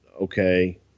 okay